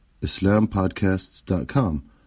islampodcasts.com